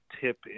Tip